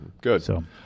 Good